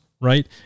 right